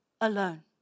alone